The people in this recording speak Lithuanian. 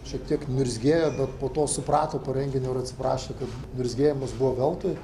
šiek tiek niurzgėjo bet po to suprato po renginio ir atsiprašė kad niurzgėjimas buvo veltui